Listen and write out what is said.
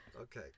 Okay